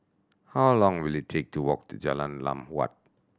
how long will it take to walk to Jalan Lam Huat